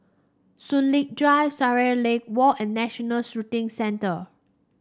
Soon Lee Drive Shangri Lake Walk and National Shooting Centre